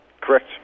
Correct